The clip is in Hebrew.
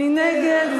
מי נגד?